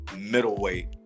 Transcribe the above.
middleweight